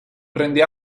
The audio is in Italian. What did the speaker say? prende